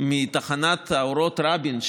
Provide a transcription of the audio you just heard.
מתחנת אורות רבין,